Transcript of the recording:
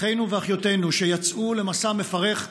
אחינו ואחיותינו, שיצאו למסע מפרך,